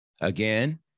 again